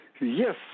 Yes